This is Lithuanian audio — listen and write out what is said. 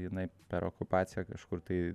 jinai per okupaciją kažkur tai